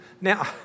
Now